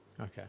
okay